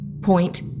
point